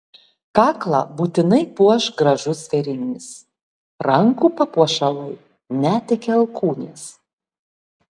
kaklą būtinai puoš gražus vėrinys rankų papuošalai net iki alkūnės